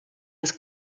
was